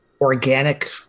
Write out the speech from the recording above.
organic